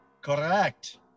Correct